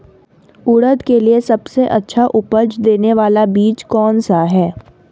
उड़द के लिए सबसे अच्छा उपज देने वाला बीज कौनसा है?